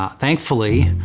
thankfully,